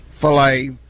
filet